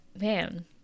man